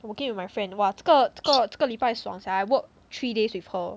working with my friend !wah! 这个这个这个礼拜爽 sia work three days with her